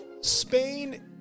Spain